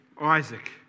Isaac